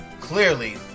clearly